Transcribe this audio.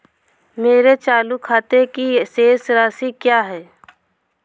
मेरे चालू खाते की शेष राशि क्या है?